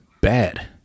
bad